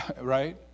Right